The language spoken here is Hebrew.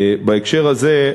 בהקשר הזה,